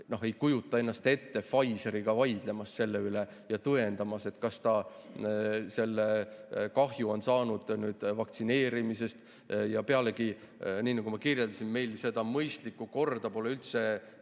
ei kujuta ennast ette Pfizeriga vaidlemas selle üle ja tõendamas, et ta on saanud selle kahju just vaktsineerimisest. Pealegi, nii nagu ma kirjeldasin, meil seda mõistlikku korda pole üldse